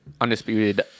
Undisputed